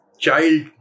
child